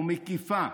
ומקיפה,